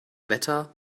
wetter